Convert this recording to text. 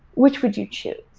which would you choose?